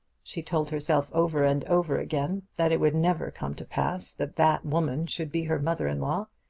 she told herself over and over again that it would never come to pass that that woman should be her mother-in-law,